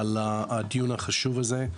על הדיון החשוב הזה.